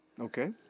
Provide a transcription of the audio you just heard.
Okay